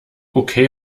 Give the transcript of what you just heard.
okay